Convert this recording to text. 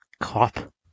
Cop